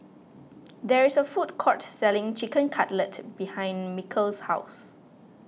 there is a food court selling Chicken Cutlet behind Mikel's house